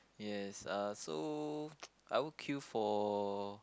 yes uh so I will queue for